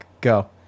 go